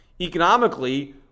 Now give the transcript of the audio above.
economically